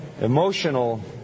emotional